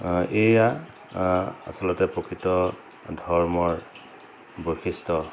এয়া আচলতে প্ৰকৃত ধৰ্মৰ বৈশিষ্ট্য